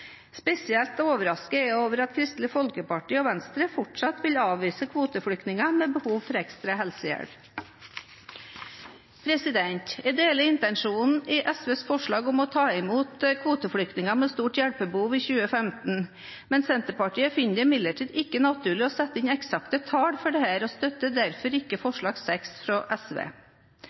Spesielt overrasket er jeg over at Kristelig Folkeparti og Venstre fortsatt vil avvise kvoteflyktninger med behov for ekstra helsehjelp. Jeg deler intensjonen i SVs forslag om å ta imot kvoteflyktninger med stort hjelpebehov i 2015. Senterpartiet finner det imidlertid ikke naturlig å sette inn eksakte tall for dette, og støtter derfor ikke forslag nr. 6, fra SV.